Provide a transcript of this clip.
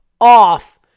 off